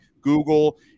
Google